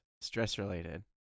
stress-related